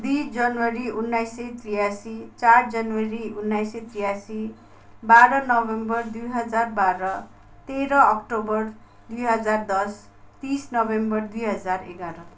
दुई जनवरी उन्नाइस सय तिरासी चार जनवरी उन्नाइस सय तिरासी बाह्र नोभेम्बर दुई हजार बाह्र तेह्र अक्टोबर दुई हजार दस तिस नोभेम्बर दुई हजार एघार